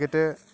ক্রিকেটে